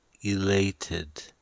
elated